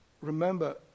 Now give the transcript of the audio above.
remember